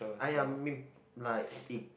!aiya! mean like it